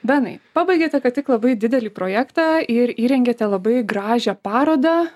benai pabaigėte ką tik labai didelį projektą ir įrengėte labai gražią parodą